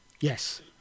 Yes